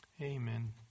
Amen